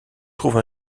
trouve